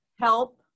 help